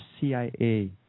cia